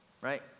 right